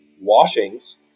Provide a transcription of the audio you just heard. washings